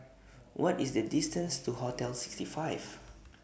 What IS The distance to Hotel sixty five